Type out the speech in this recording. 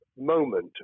moment